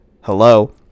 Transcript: hello